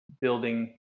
building